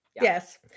Yes